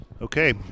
Okay